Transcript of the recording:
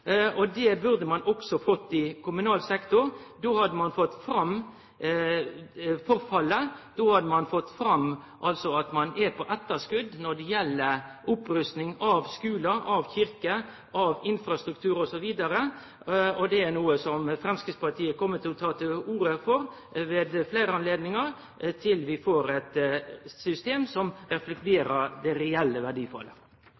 Det burde ein også gjort i kommunal sektor. Då hadde ein fått fram forfallet. Då hadde ein fått fram at ein er på etterskot når det gjeld opprusting av skular, av kyrkjer, av infrastruktur osv. Det er noko som Framstegspartiet kjem til å ta til orde for ved fleire anledningar, til vi får eit system som